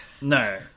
no